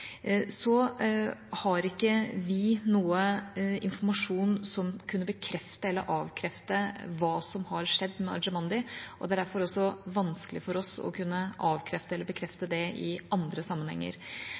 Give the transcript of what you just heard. som kunne bekrefte eller avkrefte hva som har skjedd med Arjemandi, og det er derfor også vanskelig for oss å kunne avkrefte eller